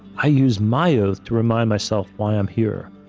i use my oath to remind myself why i'm here.